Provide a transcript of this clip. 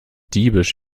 diebisch